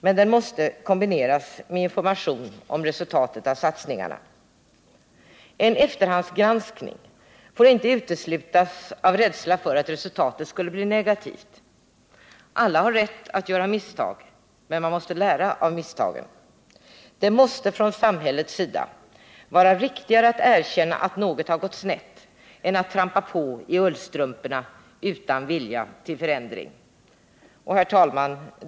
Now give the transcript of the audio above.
Men den måste kombineras med information om resultatet av satsningarna. En efterhandsgranskning får inte uteslutas av rädsla för att resultatet skulle bli negativt. Alla har rätt att göra misstag, men man måste lära av misstagen. Det måste från samhällets sida vara riktigare att erkänna att något gått snett än att trampa på i ullstrumporna utan vilja till förändring. Herr talman!